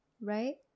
right